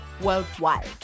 worldwide